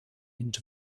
into